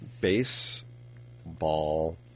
Baseball